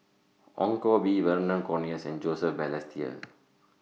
Ong Koh Bee Vernon Cornelius and Joseph Balestier